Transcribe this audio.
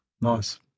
Nice